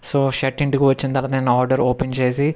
so shirt ఇంటికి వచ్చిన తరువాత నేను ఆర్డర్ ఓపెన్ చేసి